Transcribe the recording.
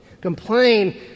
complain